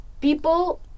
People